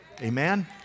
Amen